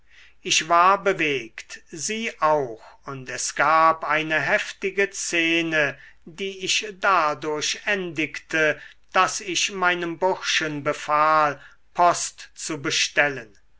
ich war bewegt sie auch und es gab eine heftige szene die ich dadurch endigte daß ich meinem burschen befahl post zu bestellen